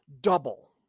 double